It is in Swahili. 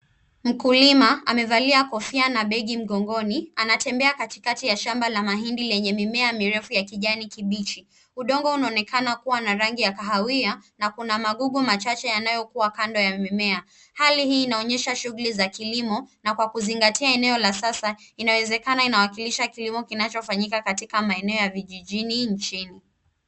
Mkulima, amevalia kofia na begi mgongoni, anatembea katikati ya shamba la mahindi lenye mimea mirefu ya kijani kibichi. Udongo unaonekana kuwa na rangi ya kahawia na kuna magugu machache yanayokua kando ya mimea. Hali hii inaonyesha shughuli za kilimo, na kwa kuzingatia eneo la sasa inawezekana inawakilisha kilimo kinachofanyika katika maeneo ya vijijini nchini.